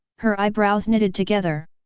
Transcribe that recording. her eyebrows knitted together.